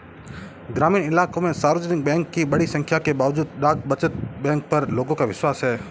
ग्रामीण इलाकों में सार्वजनिक बैंक की बड़ी संख्या के बावजूद डाक बचत बैंक पर लोगों का विश्वास है